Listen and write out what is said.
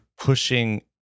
pushing